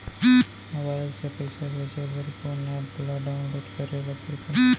Mobile से पइसा भेजे बर कोन एप ल डाऊनलोड करे ला पड़थे?